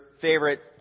favorite